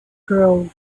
grove